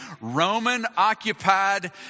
Roman-occupied